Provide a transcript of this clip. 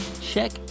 check